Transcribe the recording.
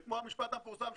זה כמו המשפט המפורסם,